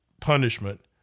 punishment